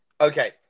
okay